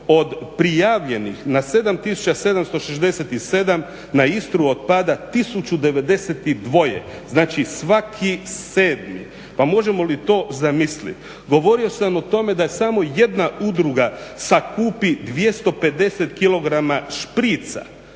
od prijavljenih na 7767 na Istru otpada 1092 znači svaki sedmi, pa možemo li to zamisliti. Govorio sam o tome da je samo jedna udruga sakupi 250 kg šprica